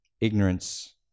Ignorance